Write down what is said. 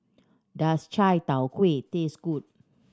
does Chai Tow Kuay taste good